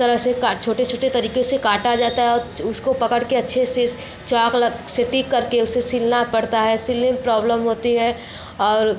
तरह से काट छोटे छोटे तरीकों से काटा जाता है उसको पकड़ कर अच्छे से चॉक लग सटीक करके उसे सिलना पड़ता है सिलने में प्रॉब्लम होती है और